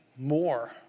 More